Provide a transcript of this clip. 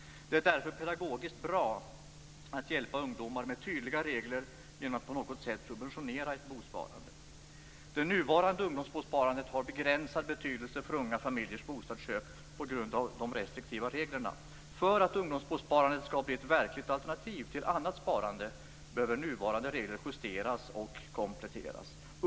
Det är därför pedagogiskt bra att hjälpa ungdomar med tydliga regler genom att på något sätt subventionera ett bosparande. Det nuvarande ungdomsbosparandet har begränsad betydelse för unga familjers bostadsköp på grund av de restriktiva reglerna. För att ungdomsbosparandet skall bli ett verkligt alternativ till annat sparande behöver nuvarande regler justeras och kompletteras.